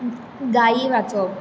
गाई वाचोप